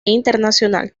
internacional